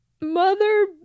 mother